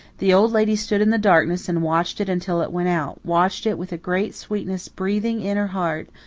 the old lady stood in the darkness and watched it until it went out watched it with a great sweetness breathing in her heart,